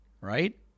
right